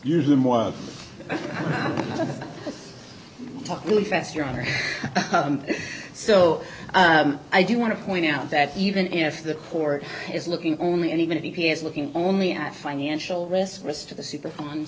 usually more talk really fast your honor so i do want to point out that even if the court is looking only in even if he is looking only at financial risk risk to the super fun